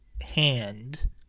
hand